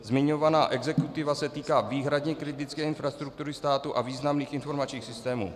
Zmiňovaná exekutiva se týká výhradně kritické infrastruktury státu a významných informačních systémů.